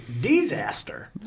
disaster